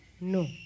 No